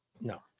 No